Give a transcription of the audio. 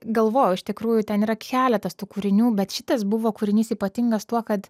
galvojau iš tikrųjų ten yra keletas tų kūrinių bet šitas buvo kūrinys ypatingas tuo kad